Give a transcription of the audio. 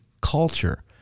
culture